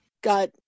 got